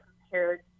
compared